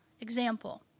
example